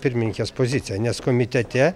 pirmininkės pozicija nes komitete